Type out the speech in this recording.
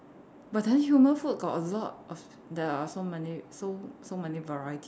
but then human food got a lot of there are so many so so many variety